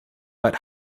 but